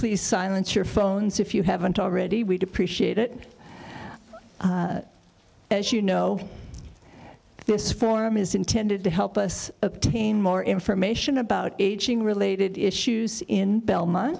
please silence your phones if you haven't already we depreciate it as you know this forum is intended to help us obtain more information about aging related issues in belmont